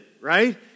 right